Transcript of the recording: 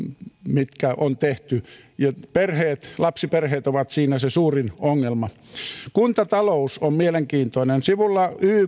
mitkä on tehty lapsiperheet ovat siinä se suurin ongelma kuntatalous on mielenkiintoinen budjettikirjassa sivulla